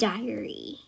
Diary